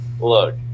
Look